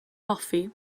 hoffi